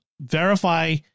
verify